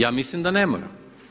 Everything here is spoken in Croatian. Ja mislim da ne mora.